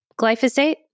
glyphosate